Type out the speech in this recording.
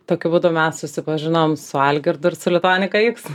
tokiu būdu mes susipažinom su algirdu ir su lituanika iks